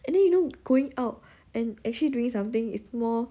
and then you know going out and actually doing something is more